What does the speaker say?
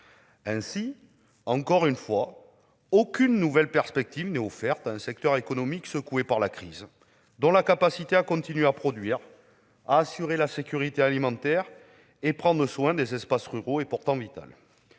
Ainsi, encore une fois, aucune nouvelle perspective n'est offerte à un secteur économique secoué par la crise, dont la capacité à continuer à produire, à assurer la sécurité alimentaire et à prendre soin des espaces ruraux est pourtant vitale.